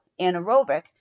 anaerobic